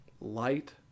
light